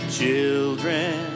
children